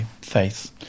faith